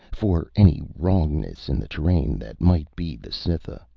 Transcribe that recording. for any wrongness in the terrain that might be the cytha.